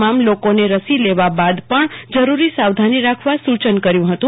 તમામ લોકોને રસી લેવા બાદ ઓપન જરૂરી સાવધાની રાખવા સુચન કર્યું હતું